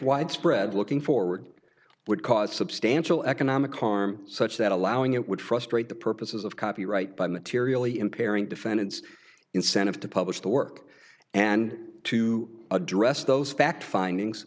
widespread looking forward would cause substantial economic harm such that allowing it would frustrate the purposes of copyright by materially impairing defendant's incentive to publish the work and to address those fact findings